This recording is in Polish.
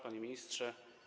Panie Ministrze!